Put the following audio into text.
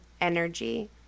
energy